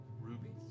rubies